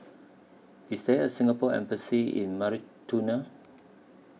IS There A Singapore Embassy in Mauritania